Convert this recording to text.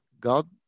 God